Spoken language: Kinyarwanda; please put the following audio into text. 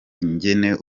ingene